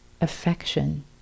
affection